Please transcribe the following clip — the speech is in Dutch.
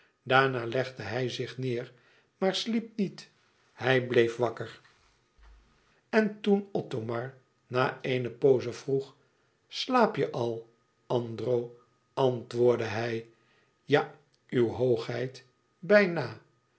daarna legde hij zich neêr maar sliep niet hij bleef wakker en toen othomar na een pooze vroeg slaap je al andro antwoordde hij ja uw hoogheid bijna